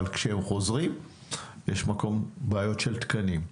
אבל כשהם חוזרים יש בעיות של תקנים,